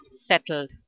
settled